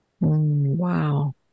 Wow